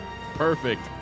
Perfect